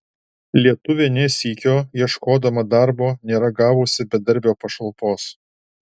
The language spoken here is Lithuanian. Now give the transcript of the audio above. lietuvė ne sykio ieškodama darbo nėra gavusi bedarbio pašalpos